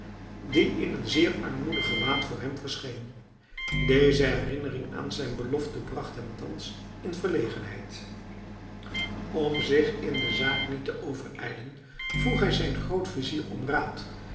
die in een zeer armoedig gewaad voor hem verscheen deze herinnering aan zijn belofte bracht hem thans in verlegenheid om zich in de zaak niet te overijlen vroeg hij zijn grootvizier om raad